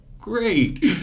great